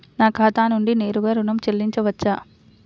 నా ఖాతా నుండి నేరుగా ఋణం చెల్లించవచ్చా?